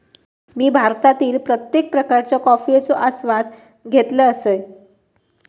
मी भारतातील प्रत्येक प्रकारच्या कॉफयेचो आस्वाद घेतल असय